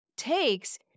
Takes